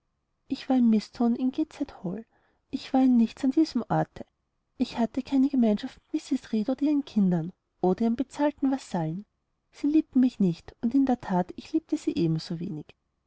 ich war ein mißton in gateshead hall ich war ein nichts an diesem orte ich hatte keine gemeinschaft mit mrs reed oder ihren kindern oder ihren bezahlten vasallen sie liebten mich nicht und in der that ich liebte sie